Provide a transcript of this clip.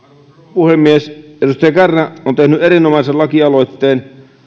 puhemies edustaja kärnä on tehnyt erinomaisen lakialoitteen